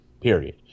period